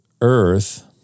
Earth